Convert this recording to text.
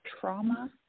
trauma